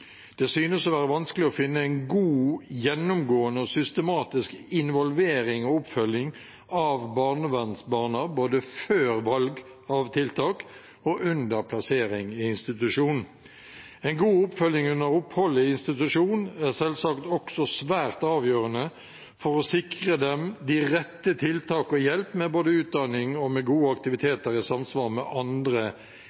Det synes å være vanskelig å finne en god, gjennomgående og systematisk involvering og oppfølging av barnevernsbarna både før valg av tiltak og under plassering i institusjon. En god oppfølging under oppholdet i institusjon er selvsagt også svært avgjørende for å sikre dem de rette tiltak og hjelp både med utdanning og med gode